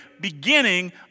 beginning